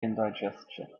indigestion